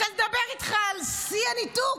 אני רוצה לדבר איתך על שיא הניתוק,